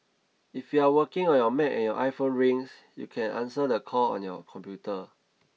if you are working on your Mac and your iPhone rings you can answer the call on your computer